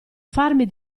farmi